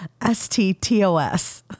STTOS